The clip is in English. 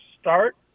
start